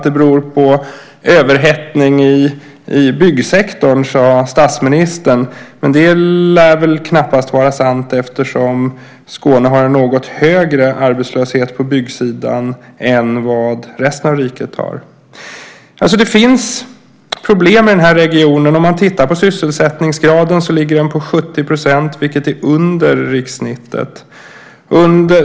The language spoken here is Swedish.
Det beror på överhettning i byggsektorn, sade statsministern, men det lär väl knappast vara sant eftersom Skåne har en något högre arbetslöshet på byggsidan än vad resten av riket har. Det finns problem i den här regionen. Sysselsättningsgraden ligger på 70 %, vilket är under rikssnittet.